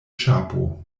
ĉapo